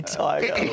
tiger